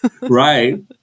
Right